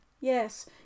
yes